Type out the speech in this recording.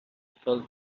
fell